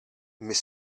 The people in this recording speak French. mais